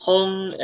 Home